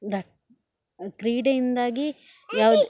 ಕ್ರೀಡೆಯಿಂದಾಗಿ ಯಾವ್ದು